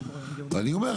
אני אומר,